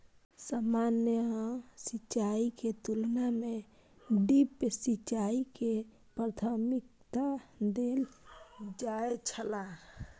सामान्य सिंचाई के तुलना में ड्रिप सिंचाई के प्राथमिकता देल जाय छला